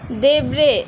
देब्रे